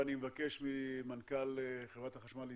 ואני מעביר את רשות הדיבור למנכ"ל חברת החשמל,